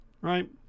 right